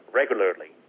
regularly